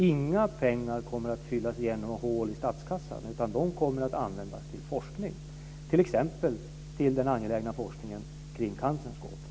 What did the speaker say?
Inga pengar kommer att fylla igen hål i statskassan, utan de kommer att användas till forskning, t.ex. till den angelägna forskningen kring cancerns gåta.